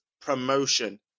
promotion